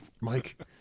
Mike